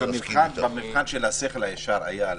במבחן של השכל הישר והמציאות,